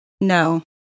No